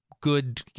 good